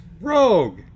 Rogue